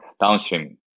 downstream